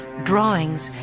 drawings,